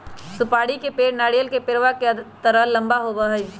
सुपारी के पेड़ नारियल के पेड़वा के तरह लंबा होबा हई